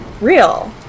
real